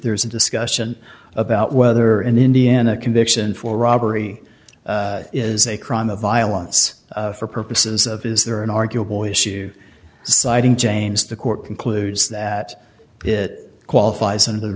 there's a discussion about whether an indian a conviction for robbery is a crime of violence for purposes of is there an arguable issue citing james the court concludes that it qualifies in